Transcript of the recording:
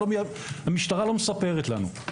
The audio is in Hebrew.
המשטרה לא מספרת לנו.